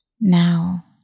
now